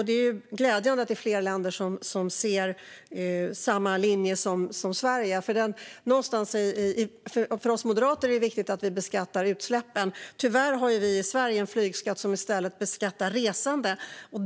Det är glädjande att det är fler länder som är inne på samma linje som Sverige. För oss moderater är det viktigt att vi beskattar utsläppen. Tyvärr har vi i Sverige en flygskatt som i stället beskattar resande.